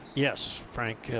yes frank.